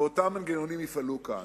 ואותם המנגנונים גם יפעלו כאן.